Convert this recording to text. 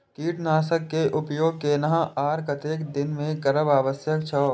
कीटनाशक के उपयोग केना आर कतेक दिन में करब आवश्यक छै?